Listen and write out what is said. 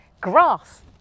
Grass